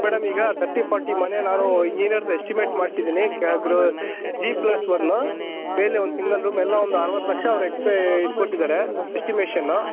madam ಈಗ thirty forty ಮನೆ ನಾನೂ ಇಂಜಿನಿಯರ್ದು ಎಸ್ಟಿಮೇಟ್ ಮಾಡ್ಸಿದೀನಿ ಕೆಳ ಗ್ರೋ ಜಿ ಪ್ಲಸ್ ಒನ್ನು ಮೇಲೆ ಒಂದು ಸಿಂಗಲ್ ರೂಮ್ ಎಲ್ಲ ಒಂದು ಅರವತ್ತು ಲಕ್ಷ ಅವ್ರು ಎಕ್ಸ್ಪೆ ಇದು ಕೊಟ್ಟಿದಾರೇ ಎಸ್ಟಿಮೆಶನು